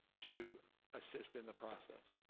to assist in the process.